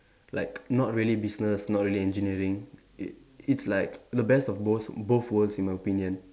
like not really business not really engineering it it's like the best of both both worlds in my opinion